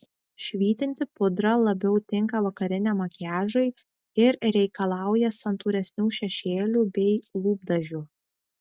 švytinti pudra labiau tinka vakariniam makiažui ir reikalauja santūresnių šešėlių bei lūpdažių